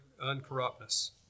uncorruptness